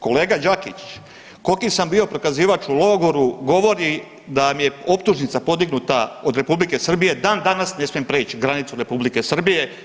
Kolega Đakić koliki sam bio prokazivač u logoru govori da mi je optužnica podignuta od Republike Srbije i dan danas ne smijem prijeći granicu Republike Srbije.